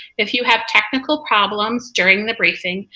if you have technical problems during the briefing,